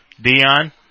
Dion